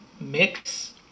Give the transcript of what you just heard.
mix